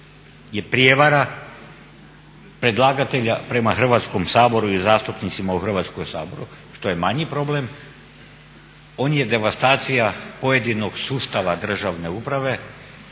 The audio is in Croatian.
prijevara predlagatelja prema Hrvatskom saboru i zastupnicima u Hrvatskom saboru, što je manji problem, on je devastacija pojedinog sustava državne uprave